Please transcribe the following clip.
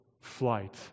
flight